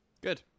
Good